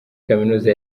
kaminuza